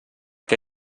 què